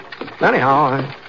Anyhow